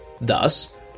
Thus